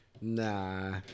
Nah